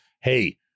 hey